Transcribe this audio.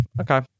Okay